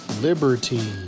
liberty